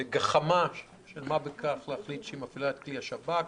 בגחמה של מה בכך שהיא מחליטה להפעיל את כלי השב"כ.